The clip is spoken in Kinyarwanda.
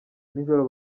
nijoro